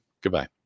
Goodbye